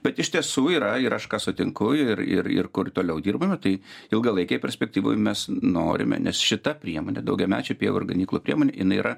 bet iš tiesų yra ir aš sutinku ir ir ir kur toliau dirbame tai ilgalaikėj perspektyvoj mes norime nes šita priemonė daugiamečių pievų ir ganyklų priemonių jinai yra